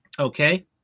Okay